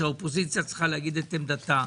שהאופוזיציה צריכה להגיד את עמדתה,